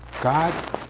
God